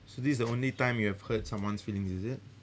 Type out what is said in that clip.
so this is the only time you have hurt someone's feelings is it